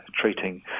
treating